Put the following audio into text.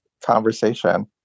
conversation